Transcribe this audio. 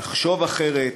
לחשוב אחרת,